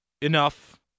enough